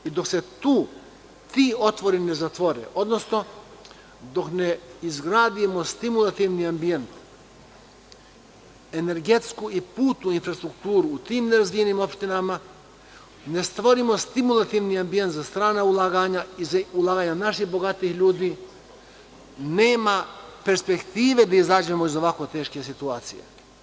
Dok se tu ti otvori ne zatvore, odnosno dok ne izgradimo stimulativni ambijent, energetsku i putnu infrastrukturu u tim ne razvijenim opštinama, ne stvorimo stimulativni ambijent za strana ulaganja i za ulaganja naših bogatih ljudi, nema perspektive da izađemo iz ovako teške situacije.